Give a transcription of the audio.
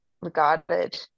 regarded